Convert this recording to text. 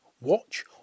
Watch